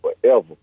forever